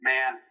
Man